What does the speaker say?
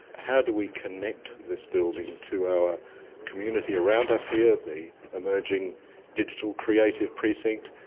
how do we connect this building to our community around us here, the emerging digital creative precinct,